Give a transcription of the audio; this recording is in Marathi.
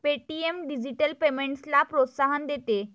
पे.टी.एम डिजिटल पेमेंट्सला प्रोत्साहन देते